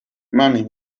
mami